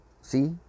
See